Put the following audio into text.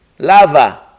Lava